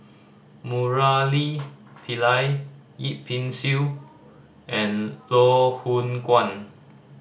Murali Pillai Yip Pin Xiu and Loh Hoong Kwan